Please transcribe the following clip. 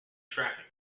traffic